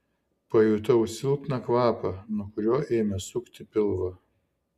pajutau silpną kvapą nuo kurio ėmė sukti pilvą